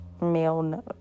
male